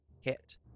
Hit